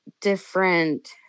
different